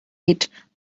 hit